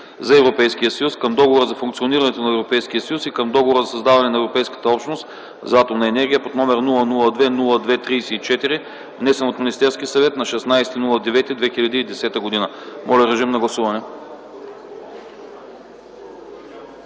за Европейския съюз, към Договора за функционирането на Европейския съюз и към Договора за създаване на Европейската общност за атомна енергия под № 002 02 34, внесен от Министерския съвет на 16 септември 2010 г. Гласували